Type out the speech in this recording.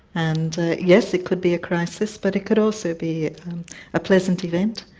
and yes, it could be a crisis, but it could also be a pleasant event,